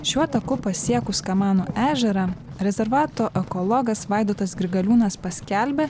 šiuo taku pasiekus kamanų ežerą rezervato ekologas vaidotas grigaliūnas paskelbė